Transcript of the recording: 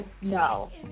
No